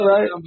Right